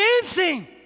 dancing